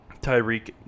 tyreek